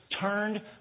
turned